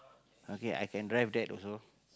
okay I can drive that also